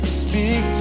speak